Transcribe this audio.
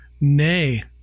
Nay